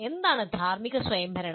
എന്താണ് ധാർമ്മിക സ്വയംഭരണം